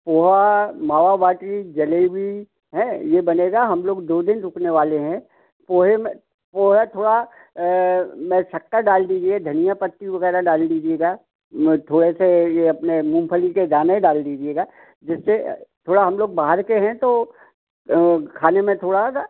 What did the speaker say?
पोहा मावा बाटी जलेबी हें ये बनेगा हम लोग दो दिन रुकने वाले हैं पोहे में पोहा थोड़ा में खट्टा डाल दीजिए धनिया पत्ती वग़ैरह डाल दीजिएगा थोड़ा सा ये अपने मूमफली के दाने डाल दीजिएगा जिससे थोड़ा हम लोग बाहर के हैं तो खाने में थोड़ा सा